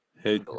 Hey